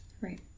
Right